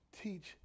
teach